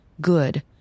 good